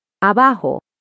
Abajo